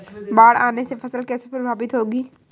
बाढ़ आने से फसल कैसे प्रभावित होगी?